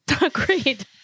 Agreed